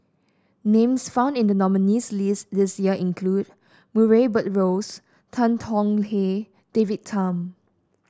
names found in the nominees' list this year include Murray Buttrose Tan Tong Hye David Tham